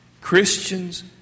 Christians